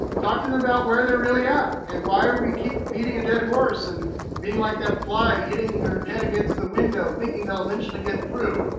talk to them about where they're really at, and why are we keep beating a dead horse and being like that fly hitting their head against the window thinking they'll eventually get through?